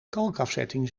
kalkafzetting